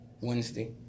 Wednesday